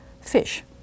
fish